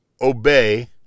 obey